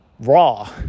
raw